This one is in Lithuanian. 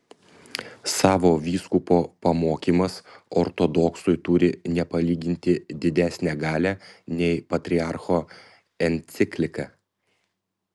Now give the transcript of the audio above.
savo vyskupo pamokymas ortodoksui turi nepalyginti didesnę galią nei patriarcho enciklika